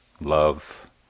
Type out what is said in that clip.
love